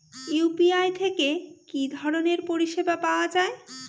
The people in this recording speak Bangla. ইউ.পি.আই থেকে কি ধরণের পরিষেবা পাওয়া য়ায়?